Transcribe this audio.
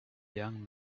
young